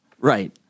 Right